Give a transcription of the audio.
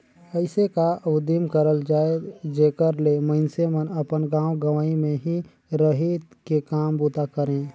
अइसे का उदिम करल जाए जेकर ले मइनसे मन अपन गाँव गंवई में ही रहि के काम बूता करें